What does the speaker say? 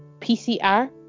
pcr